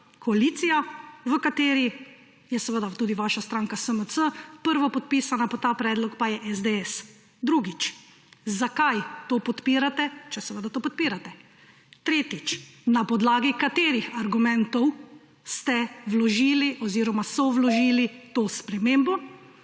koalicija, v kateri je seveda tudi vaša stranka SMC, prvopodpisana pod ta predlog pa je SDS? Drugič, zakaj to podpirate, če seveda to podpirate? Tretjič, na podlagi katerih argumentov ste vložili oziroma so vložili to spremembo?